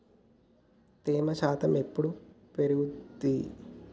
తేమ శాతం ఎప్పుడు పెరుగుద్ది?